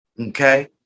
okay